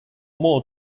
more